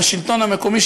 בשלטון המקומי,